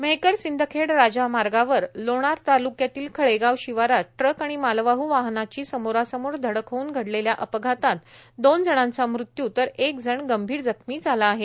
मेहकर सिंदखेड राजा मार्गावर लोणार तालुक्यातील खळेगाव शिवारात ट्रक आणि मालवाह वाहनाची समोरासमोर धडक होव्न घडलेल्या अपघातात दोन जणांचा मृत्यू तर एक जण गंभीर जखमी झाला आहे